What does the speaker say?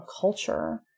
culture